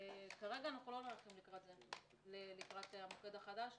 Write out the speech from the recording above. כרגע אנחנו לא נערכים לקראת המוקד החדש,